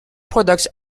products